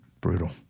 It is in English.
brutal